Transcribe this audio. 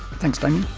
thanks damien.